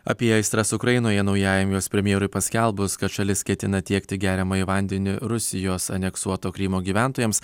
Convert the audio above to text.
apie aistras ukrainoje naujajam jos premjerui paskelbus kad šalis ketina tiekti geriamąjį vandenį rusijos aneksuoto krymo gyventojams